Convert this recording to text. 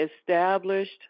established